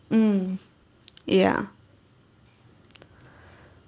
mm ya